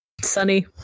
Sunny